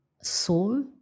soul